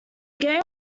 game